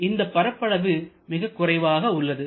இந்த பரப்பளவு மிக குறைவாக உள்ளது